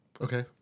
Okay